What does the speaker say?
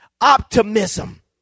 optimism